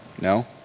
No